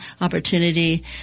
opportunity